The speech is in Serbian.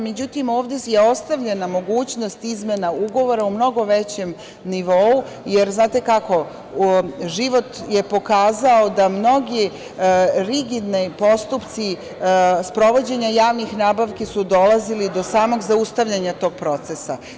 Međutim, ovde je ostavljena mogućnost izmena ugovora u mnogo većem nivou, jer, znate kako, život je pokazao da mnogi rigidni postupci sprovođenja javnih nabavki su dolazili do samog zaustavljanja tog procesa.